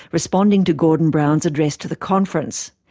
responding to gordon brown's address to the conference.